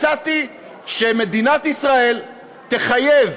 הצעתי שמדינת ישראל תחייב